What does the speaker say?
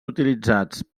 utilitzats